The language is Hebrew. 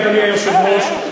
אדוני היושב-ראש,